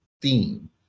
theme